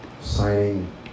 signing